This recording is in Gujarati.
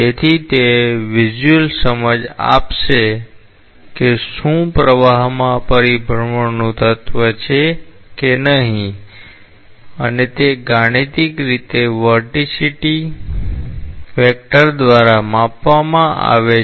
તેથી તે વિઝ્યુઅલ સમજ આપશે કે શું પ્રવાહમાં પરિભ્રમણનું તત્વ છે કે નહીં અને તે ગાણિતિક રીતે વર્ટિસિટી વેક્ટર દ્વારા માપવામાં આવે છે